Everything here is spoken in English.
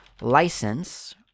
license